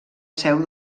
seu